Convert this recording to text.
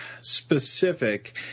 specific